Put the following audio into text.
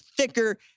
thicker